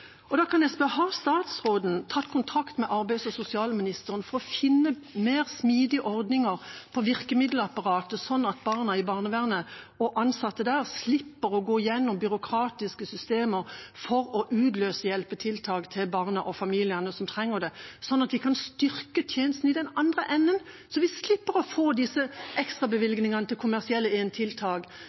Da kan jeg spørre: Har statsråden tatt kontakt med arbeids- og sosialministeren for å finne mer smidige ordninger for virkemiddelapparatet, sånn at barn og ansatte i barnevernet slipper å gå gjennom byråkratiske systemer for å utløse hjelpetiltak til barna og familiene som trenger det, og sånn at de kan styrke tjenestene i den andre enden så vi slipper å få disse ekstrabevilgningene til kommersielle